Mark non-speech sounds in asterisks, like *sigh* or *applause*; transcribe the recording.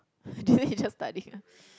didn't you just study *laughs*